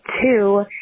two